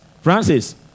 Francis